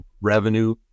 revenue